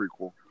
prequel